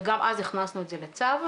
וגם אז הכנסנו את זה לצו.